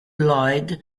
lloyd